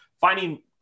finding